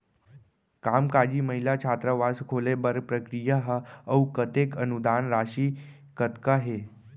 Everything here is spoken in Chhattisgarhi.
कामकाजी महिला छात्रावास खोले बर का प्रक्रिया ह अऊ कतेक अनुदान राशि कतका हे?